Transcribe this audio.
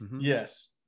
yes